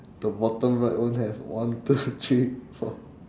the bottom right one has one two three four